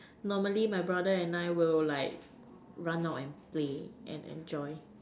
normally my brother and I will like run out and play and enjoy